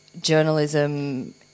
journalism